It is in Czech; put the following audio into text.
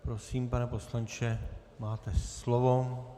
Prosím, pane poslanče, máte slovo.